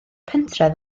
pentref